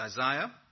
Isaiah